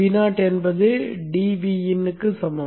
Vo என்பது dVinக்கு சமம்